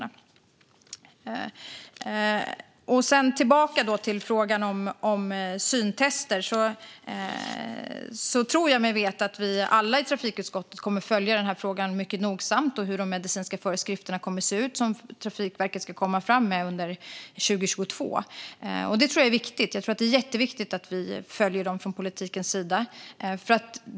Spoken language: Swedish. För att gå tillbaka till frågan om syntester tror jag mig veta att vi alla i trafikutskottet kommer att följa denna fråga mycket nogsamt. Det gäller också hur de medicinska föreskrifter som Trafikverket ska komma fram med under 2022 kommer att se ut. Det tror jag är viktigt; jag tror att det är jätteviktigt att vi följer detta från politikens sida.